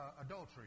adultery